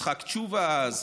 יצחק תשובה אז,